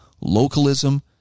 localism